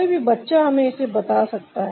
कोई भी बच्चा हमें इसे बता सकता है